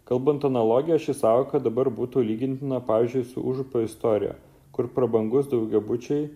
kalbant analogija ši sąvoka dabar būtų lygintina pavyzdžiui su užupio istorija kur prabangūs daugiabučiai